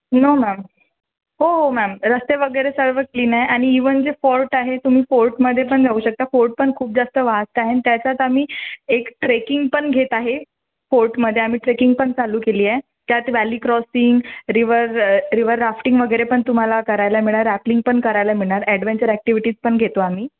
no ma'am हो हो ma'am रस्ते वगैरे सर्व क्लीन आहे आणि इवन जे फोर्ट आहे तुम्ही फोर्टमध्ये पण जाऊ शकता फोर्ट पण खूप जास्त वास्ट आहे आणि त्याच्यात आम्ही एक ट्रेकिंग पण घेत आहे फोर्टमध्ये आम्ही ट्रेकिंग पण चालू केली आहे त्यात valley crossing river river rafting वगैरे पण तुम्हाला करायला मिळणार रॅपलिंग पण करायला मिळणार ॲडवेंचर ॲक्टिविटीज पण घेतो आम्ही